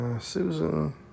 Susan